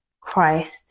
Christ